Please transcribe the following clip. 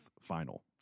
final